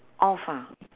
off ah